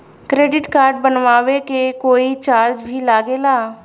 Credit card बनवावे के कोई चार्ज भी लागेला?